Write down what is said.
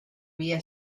via